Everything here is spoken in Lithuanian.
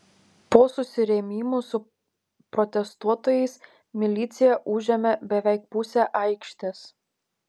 po susirėmimų su protestuotojais milicija užėmė beveik pusę aikštės